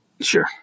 Sure